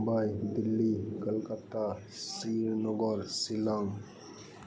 Mumbai Delhi Kolkata Srinagar Shillong